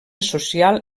social